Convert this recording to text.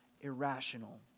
irrational